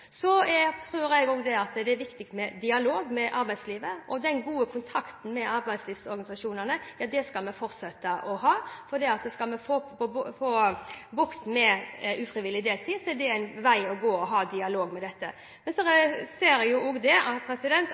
tror også det er viktig med dialog med arbeidslivet. Den gode kontakten med arbeidslivsorganisasjonene skal vi fortsette å ha. Skal vi få bukt med ufrivillig deltid, er det en vei å gå, å ha dialog om dette. Men jeg ser også at veldig mange av dem som har klart å få bukt med ufrivillig deltid, har vært åpne for andre turnuser. Det